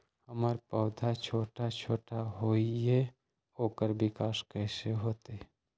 हमर पौधा छोटा छोटा होईया ओकर विकास कईसे होतई?